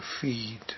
feed